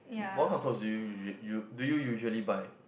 what kind of clothes do you usually you do you usually buy